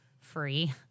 free